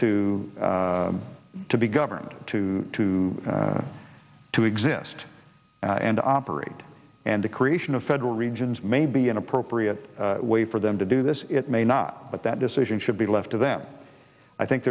o to be governed to two to exist and operate and the creation of federal regions may be an appropriate way for them to do this it may not but that decision should be left to them i think